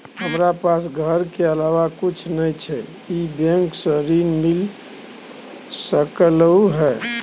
हमरा पास घर के अलावा कुछ नय छै ई बैंक स ऋण मिल सकलउ हैं?